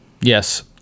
Yes